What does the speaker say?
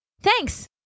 Thanks